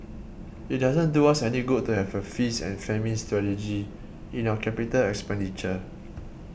it doesn't do us any good to have a feast and famine strategy in our capital expenditure